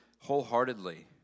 wholeheartedly